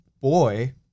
boy